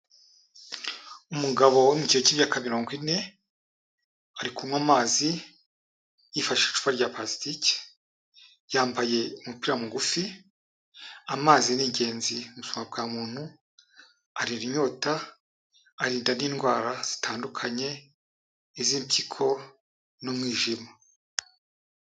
Umugabo uri mu kigero cy'imyaka mirongo ine, ari kunywa amazi yifashishije icupa rya parasitike, yambaye umupira mugufi, amazi ni ingenzi mu buzima bwa muntu, arinda inyota, arinda n'indwara zitandukanye, iz'impyiko, n'umwijima.